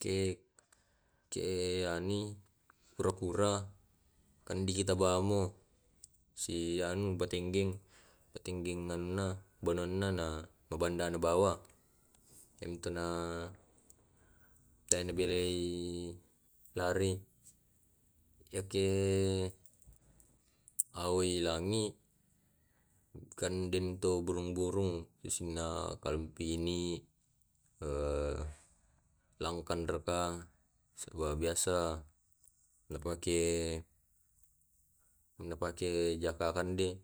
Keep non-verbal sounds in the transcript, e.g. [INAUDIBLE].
Ke [HESITATION] ke ani kura-kura kan di kita bawammo si anu batenggeng batenggeng anunna banuanna na mabanda na bawa yamito na [HESITATION] tae na belai [HESITATION] lari yake [HESITATION] [NOISE] awelangi kan den to burung-burung isinna kalanpini [HESITATION] langkan raka saba biasa na pake na pake jaka kande